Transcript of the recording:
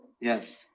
Yes